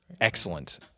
excellent